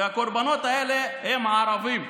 והקורבנות האלה הם הערבים.